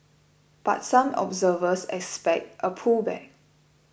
but some observers expect a pullback